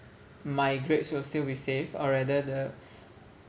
my grades will still be safe or rather the